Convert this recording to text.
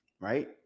right